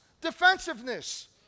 defensiveness